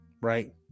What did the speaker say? right